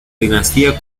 dinastía